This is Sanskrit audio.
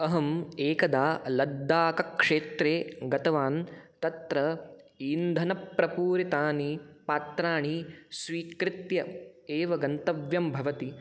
अहम् एकदा लद्दाकक्षेत्रे गतवान् तत्र इन्धनप्रपूरितानि पात्राणि स्वीकृत्य एव गन्तव्यं भवति